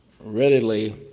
readily